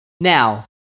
Now